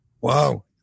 Wow